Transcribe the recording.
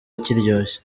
kiryoshye